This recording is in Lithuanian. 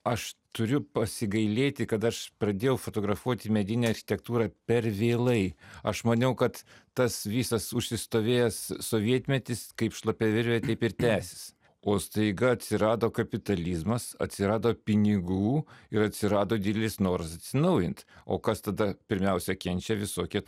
aš turiu pasigailėti kad aš pradėjau fotografuoti medinę architektūrą per vėlai aš maniau kad tas visas užsistovėjęs sovietmetis kaip šlapia virvė kaip ir tęsis o staiga atsirado kapitalizmas atsirado pinigų ir atsirado didelis noras atsinaujint o kas tada pirmiausia kenčia visokie